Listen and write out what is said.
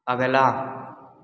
अगला